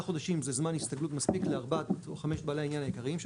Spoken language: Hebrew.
חודשים זה זמן הסתגלות מספיק לארבעה או חמישה בעלי העניין העיקריים שלנו.